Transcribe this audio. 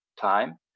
time